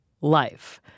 life